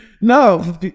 No